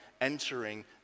entering